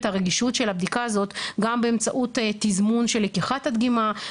הרגישות של הבדיקה הזאת גם באמצעות תזמון של לקיחת הדגימה,